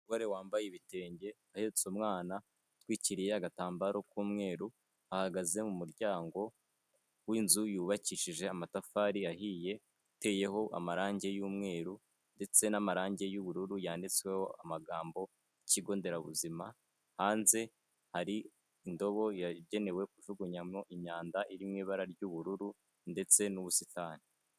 Umugore wambaye ibitenge ahetse umwana yitwikiriya agatambaro k'umweru ahagaze mu muryango w'inzu yubakishije amatafari ahiye iteyeho amarangi y'umweru ndetse n'amarangi y'ubururu yanditsweho amagambo y'ikigo nderabuzima, hanze ari indobo yagenewe kujugunyamo imyanda iri mu ibara ry'ubururu ndetse n'ubusitani.